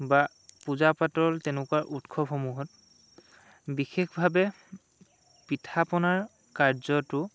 বা পূজা পাতল তেনেকুৱা উৎসৱসমূহত বিশেষভাৱে পিঠা পনাৰ কাৰ্যটো